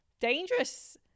dangerous